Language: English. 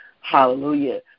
Hallelujah